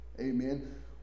amen